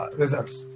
results